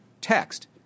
text –